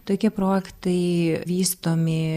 tokie projektai vystomi